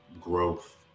growth